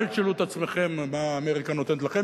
אל תשאלו את עצמכם מה אמריקה נותנת לכם,